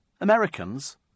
Americans